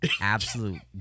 absolute